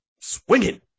swinging